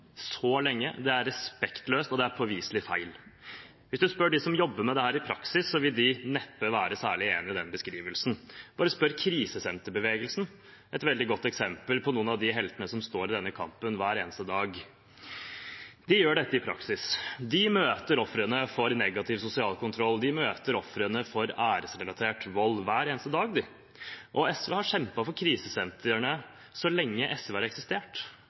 så lenge, og det er påviselig feil. Hvis man spør dem som jobber med dette i praksis, vil de neppe være særlig enig i den beskrivelsen. Bare spør krisesenterbevegelsen, et veldig godt eksempel på noen av de heltene som står i denne kampen hver eneste dag. De gjør dette i praksis. De møter ofrene for negativ sosial kontroll, og de møter ofrene for æresrelatert vold hver eneste dag. SV har kjempet for krisesentrene så lenge SV har eksistert,